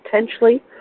potentially